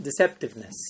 deceptiveness